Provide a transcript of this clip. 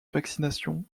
vaccination